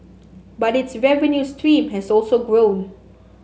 but its revenue stream has also grown